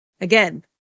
Again